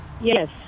Yes